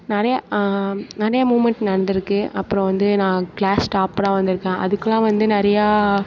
நிறையா நிறையா மூமெண்ட் நடந்துருக்குது அப்றம் வந்து நான் கிளாஸ் டாப்பராக வந்திருக்கேன் அதுக்குலாம் வந்து நிறையா